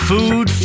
Food